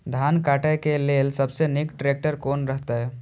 धान काटय के लेल सबसे नीक ट्रैक्टर कोन रहैत?